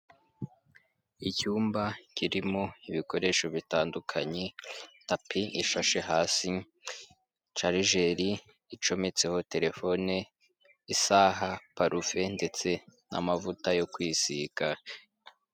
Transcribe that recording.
Icyumba kirimo ibikoresho bitandukanye: tapi ifashe hasi, sharijeri icometseho telefone, isaha, parufe ndetse n'amavuta yo kwisiga.